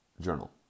journal